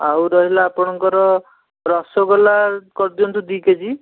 ଆଉ ରହିଲା ଆପଣଙ୍କର ରସଗୋଲା କରିଦିଅନ୍ତୁ ଦୁଇ କେଜି